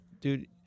dude